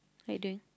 what you doing